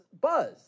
Buzz